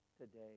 today